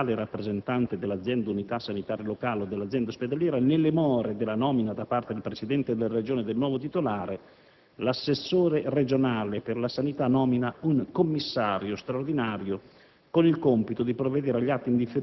«in caso di mancanza del legale rappresentante dell'azienda unità sanitaria locale o dell'azienda ospedaliera, nelle more della nomina da parte del Presidente della Regione del nuovo titolare, l'assessore regionale per la sanità nomina un commissario straordinario